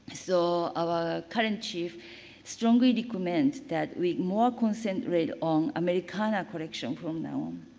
so, our current chief strongly recommends that we more concentrate on americana collection from now on.